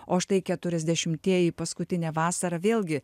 o štai keturiasdešimtieji paskutinė vasara vėlgi